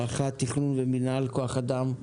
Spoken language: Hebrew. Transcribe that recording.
רח"ט תכנון ומינהל כח אדם,